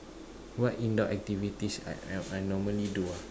what indoor activities I I I normally do ah